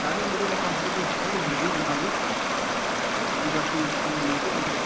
starting ਵੀਰੇ ਫਿਰ ਪੰਜ ਸੌ ਤੋਂ ਸਟਾਰਟ ਹੋਊਗੀ ਬੂਟਾਂ ਦੀ ਵੀ ਬਾਕੀ ਜਿੰਨੇ ਮਹਿੰਗੇ ਲੈਣੇ